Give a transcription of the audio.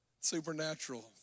supernatural